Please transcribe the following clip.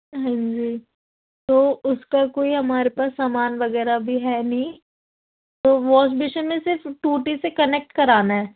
ہاں جی تو اس کا کوئی ہمارے پاس سامان وغیرہ بھی ہے نہیں تو واش بیسن میں صرف ٹوٹی سے کنیکٹ کرانا ہے